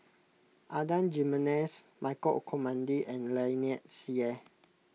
Adan Jimenez Michael Olcomendy and Lynnette Seah